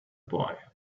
boy